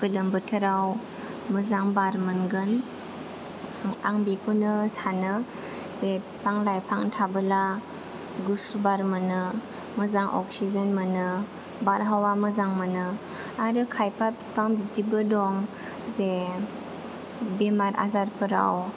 गोलोम बोथोराव मोजां बार मोनगोन आं बेखौनो सानो जे बिफां लाइफां थाबोला गुसु बार मोनो मोजां अक्सिजेन मोनो बारहावा मोजां मोनो आरो खायफा फिफां बिदिबो दं जे बेमार आजारफोराव